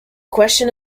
question